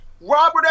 Robert